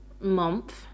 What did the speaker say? month